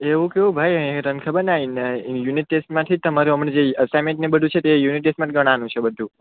એવું કેવું ભાઈ અહીં તને અહીં તેને ખબરને અહીં યુનિટ ટેસ્ટમાંથી જ તમારું હમણા જે અસાઇનમેન્ટને બધું છે તે યુનિટ ટેસ્ટમાં જ ગણાનું છે બધું